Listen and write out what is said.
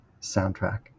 soundtrack